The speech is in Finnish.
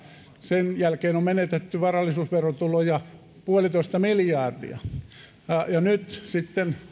sen jälkeen on menetetty varallisuusverotuloja puolitoista miljardia nyt sitten